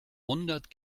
hundert